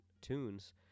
tunes